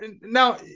now